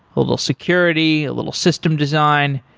a little security, a little system design.